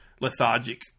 lethargic